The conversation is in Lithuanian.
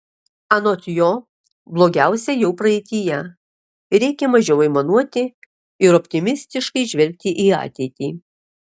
anot jo blogiausia jau praeityje reikia mažiau aimanuoti ir optimistiškai žvelgti į ateitį